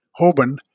Hoban